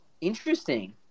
Interesting